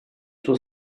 suo